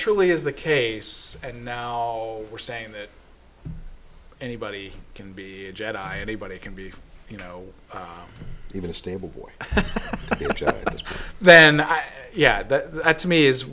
truly is the case and now we're saying that anybody can be a jet i anybody can be you know even a stable boy then yeah that to me is